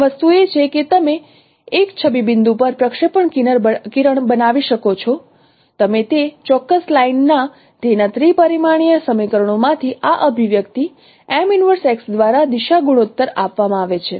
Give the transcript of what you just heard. પ્રથમ વસ્તુ એ છે કે તમે એક છબી બિંદુ પર પ્રક્ષેપણ કિરણ બનાવી શકો છો તમે તે ચોક્કસ લાઇન ના તેના ત્રિ પરિમાણીય સમીકરણોમાંથી આ અભિવ્યક્તિ દ્વારા દિશા ગુણોત્તર આપવામાં આવે છે